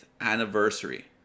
anniversary